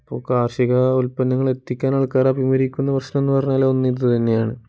അപ്പോൾ കാർഷിക ഉൽപ്പന്നങ്ങളെത്തിക്കാൻ ആൾക്കാർ അഭിമുഖീകരിക്കുന്ന പ്രശ്നമെന്നു പറഞ്ഞാൽ ഒന്ന് ഇതു തന്നെയാണ്